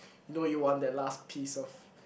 you know you want that last piece of